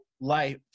life